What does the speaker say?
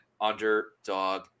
Underdog